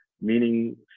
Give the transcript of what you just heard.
meaning